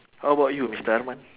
how about you mister arman